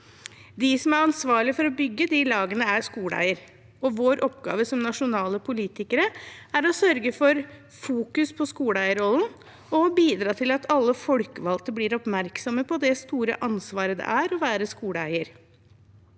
De som er ansvarlig for å bygge disse lagene, er skoleeierne. Vår oppgave som nasjonale politikere er å sørge for fokus på skoleeierrollen og å bidra til at alle folkevalgte blir oppmerksom på det store ansvaret det er å være skoleeier.